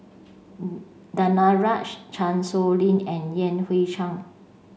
Danaraj Chan Sow Lin and Yan Hui Chang